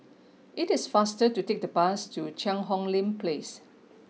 it is faster to take the bus to Cheang Hong Lim Place